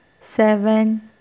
seven